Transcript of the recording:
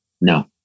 No